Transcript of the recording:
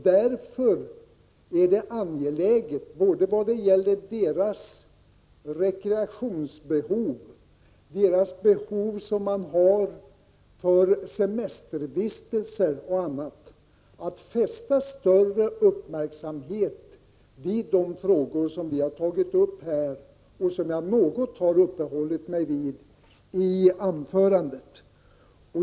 Därför är det angeläget både vad gäller deras rekreationsbehov och deras behov av semestervistelser och annat att man fäster större uppmärksamhet vid de frågor som vi har tagit upp och som jag något har uppehållit mig vid i anförandet.